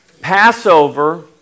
Passover